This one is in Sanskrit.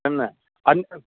एवं न अन्यत्